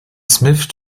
smith